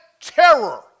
terror